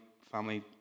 family